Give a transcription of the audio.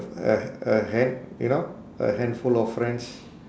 a a hand you know a handful of friends